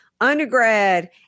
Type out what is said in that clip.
undergrad